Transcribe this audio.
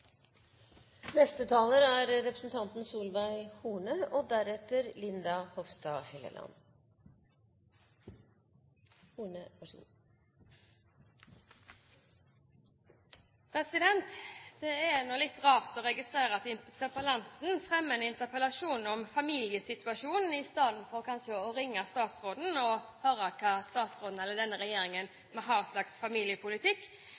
Det er litt rart å registrere at interpellanten fremmer en interpellasjon om familiesituasjonen, i stedet for kanskje å ringe statsråden for å høre hva slags familiepolitikk denne